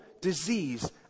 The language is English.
disease